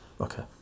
okay